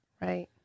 right